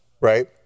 right